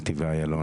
נתיבי איילון,